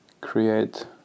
create